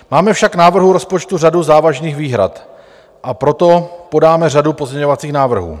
Máme však k návrhu rozpočtu řadu závažných výhrad, a proto podáme řadu pozměňovacích návrhů.